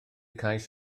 cais